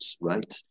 right